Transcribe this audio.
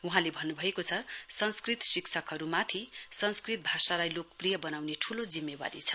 वहाँले भन्नुभएको छ संस्कृत शिक्षकहरुमाथि भाषालाई लोकप्रिय बनाउने ठूलो जिम्मेवारी छ